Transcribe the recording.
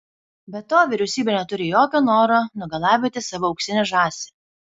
be to vyriausybė neturi jokio noro nugalabyti savo auksinę žąsį